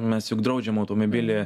mes juk draudžiam automobilį